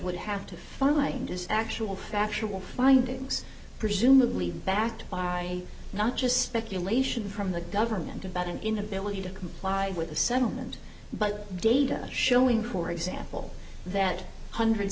would have to find is actual factual findings presumably backed by not just speculation from the government about an inability to comply with a settlement but data showing for example that hundreds